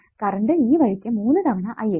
current ഈ വഴിക്ക് 3 തവണ I x